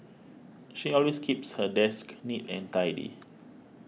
she always keeps her desk neat and tidy